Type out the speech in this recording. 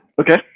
Okay